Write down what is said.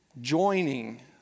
joining